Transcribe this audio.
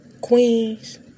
queens